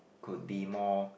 could be more